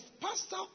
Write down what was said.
pastor